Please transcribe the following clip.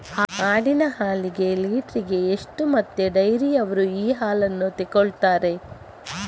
ಆಡಿನ ಹಾಲಿಗೆ ಲೀಟ್ರಿಗೆ ಎಷ್ಟು ಮತ್ತೆ ಡೈರಿಯವ್ರರು ಈ ಹಾಲನ್ನ ತೆಕೊಳ್ತಾರೆ?